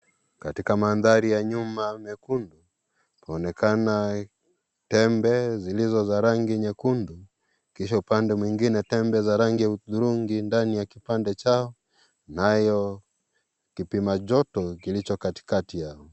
Katika mandhari ya nyuma mekundu kunaonekana tembe zilizo za rangi nyekundu kisha upande mwingine tembe za rangi ya udhurungi ya kipande chao nayo kipima joto kilicho katikati yao.